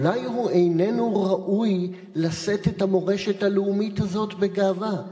אולי הוא איננו ראוי לשאת את המורשת הלאומית הזאת בגאווה.